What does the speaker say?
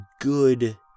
good